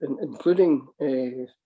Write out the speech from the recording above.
including